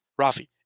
Rafi